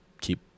keep